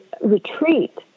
retreat